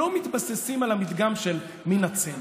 לא מתבססים על המדגם של מינה צמח.